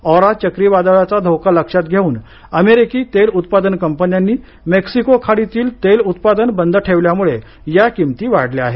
aura चक्रीवादळाचा धोका लक्षात घेऊन अमेरिकी तेल उत्पादन कंपन्यांनी मेक्सिको खाडीतील तेल उत्पादन बंद ठेवल्यामुळे या किमती वाढल्या आहेत